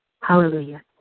Hallelujah